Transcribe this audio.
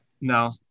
No